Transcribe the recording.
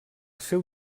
seu